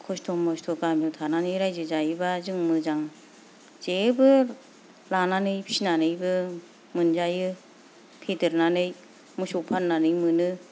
खस्थ' मस्थ' गामियाव थानानै रायजो जायोबा जों मोजां जेबो लानानै फिसिनानैबो मोनजायो फेदेरनानै मोसौ फाननानै मोनो